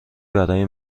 برای